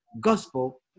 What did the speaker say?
gospel